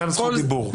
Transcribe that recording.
גם זכות דיבור.